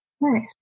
Nice